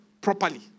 properly